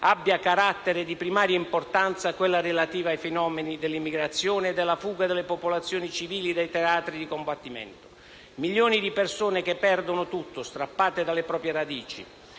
abbia carattere di primaria importanza quella relativa ai fenomeni dell'immigrazione e della fuga delle popolazioni civili dai teatri di combattimento: milioni di persone che perdono tutto, strappate dalle proprie radici.